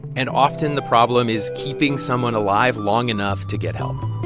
and often, the problem is keeping someone alive long enough to get help